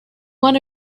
one